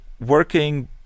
working